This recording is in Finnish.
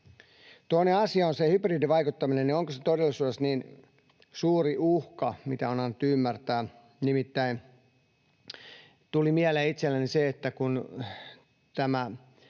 Toinen asia on hybridivaikuttaminen — onko se todellisuudessa niin suuri uhka, mitä on annettu ymmärtää? Nimittäin tuli mieleen itselläni se, että kun